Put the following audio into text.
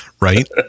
right